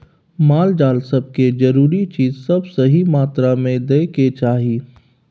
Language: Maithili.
माल जाल सब के जरूरी चीज सब सही मात्रा में दइ के चाही